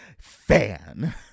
fan